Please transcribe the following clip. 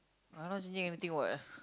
I not changing anything what